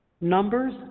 numbers